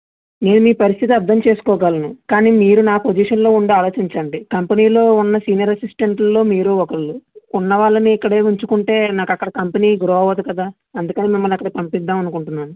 నేను మీ పరిస్థితి అర్థం చేసుకోగలను కానీ మీరు నా పొజిషన్ లో ఉండి ఆలోచించండి కంపెనీ లో ఉన్న సీనియర్ అసిస్టెంట్ లలో మీరు ఒకళ్ళు ఉన్న వాళ్ళని ఇక్కడే ఉంచుకుంటే నాకు అక్కడ కంపెనీ గ్రో అవ్వదు కదా అందుకని మిమ్మల్ని అక్కడికి పంపిద్దాం అనుకుంటున్నాను